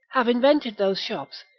have invented those shops,